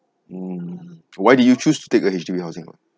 mm why did you choose to take a H_D_B housing loan